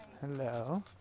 Hello